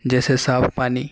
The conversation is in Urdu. جیسے صاف پانی